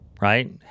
right